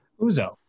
Uzo